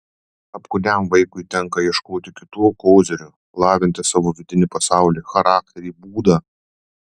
apkūniam vaikui tenka ieškoti kitų kozirių lavinti savo vidinį pasaulį charakterį būdą